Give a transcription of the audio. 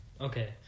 okay